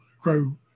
grow